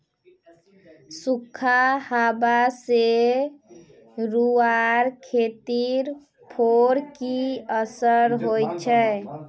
सुखखा हाबा से रूआँर खेतीर पोर की असर होचए?